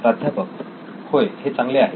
प्राध्यापक होय हे चांगले आहे